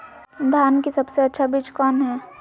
धान की सबसे अच्छा बीज कौन है?